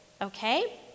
okay